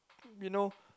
you know